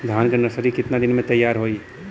धान के नर्सरी कितना दिन में तैयार होई?